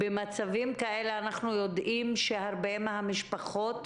אנחנו יודעים שהרבה מהמשפחות